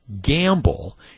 gamble